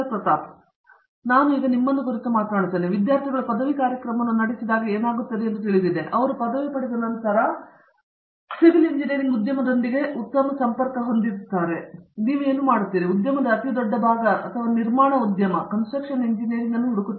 ಪ್ರತಾಪ್ ಹರಿಡೋಸ್ ಆದ್ದರಿಂದ ನಾನು ನಿಮ್ಮನ್ನು ಕುರಿತು ಮಾತನಾಡುತ್ತಿದ್ದೇನೆ ವಿದ್ಯಾರ್ಥಿಗಳು ಪದವಿ ಕಾರ್ಯಕ್ರಮವನ್ನು ನಡೆಸಿದಾಗ ಏನಾಗುತ್ತದೆ ಎಂದು ತಿಳಿದಿದೆ ಅವರು ಪದವಿ ಪಡೆದ ನಂತರ ಅರ್ಥ ಸಿವಿಲ್ ಇಂಜಿನಿಯರಿಂಗ್ ಉದ್ಯಮದೊಂದಿಗೆ ಉತ್ತಮ ಸಂಪರ್ಕ ಹೊಂದಿದೆ ನೀವು ಏನು ಮಾಡುತ್ತೀರಿ ಮತ್ತು ಉದ್ಯಮದ ಅತಿ ದೊಡ್ಡ ಭಾಗ ಅಥವಾ ನಿರ್ಮಾಣ ಉದ್ಯಮವು ಹುಡುಕುತ್ತದೆ